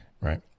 right